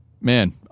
man